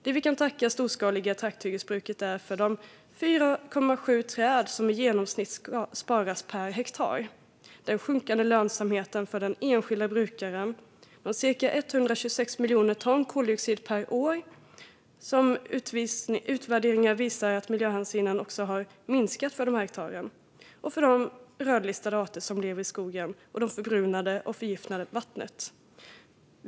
Det vi kan tacka det storskaliga trakthyggesbruket för är de 4,7 träd som i genomsnitt sparas per hektar, den sjunkande lönsamheten för den enskilda brukaren och de cirka 126 miljonerna ton koldioxid per år. Utvärderingar visar att miljöhänsynen har minskat. Det finns rödlistade arter som lever i skogen och i det förbrunade och förgiftade vattnet.